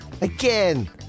again